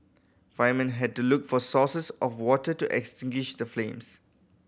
firemen had to look for sources of water to extinguish the flames